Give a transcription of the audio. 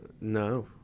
No